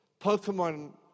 Pokemon